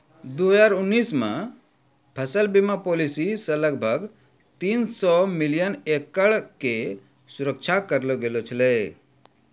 दू हजार उन्नीस मे फसल बीमा पॉलिसी से लगभग तीन सौ मिलियन एकड़ के सुरक्षा करलो गेलौ छलै